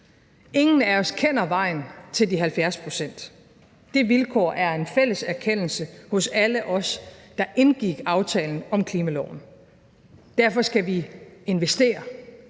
Ingen af os kender vejen til de 70 pct. Det vilkår er en fælles erkendelse hos alle os, der indgik aftalen om klimaloven. Derfor skal vi investere,